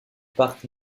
parc